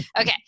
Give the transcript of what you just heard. Okay